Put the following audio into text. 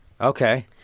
Okay